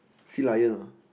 sealion ah